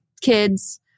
kids